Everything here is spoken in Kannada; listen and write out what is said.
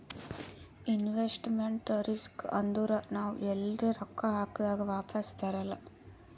ಇನ್ವೆಸ್ಟ್ಮೆಂಟ್ ರಿಸ್ಕ್ ಅಂದುರ್ ನಾವ್ ಎಲ್ರೆ ರೊಕ್ಕಾ ಹಾಕ್ದಾಗ್ ವಾಪಿಸ್ ಬರಲ್ಲ